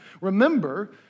remember